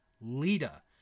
Lita